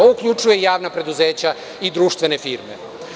Ovo uključuje javna preduzeća i društvene firme.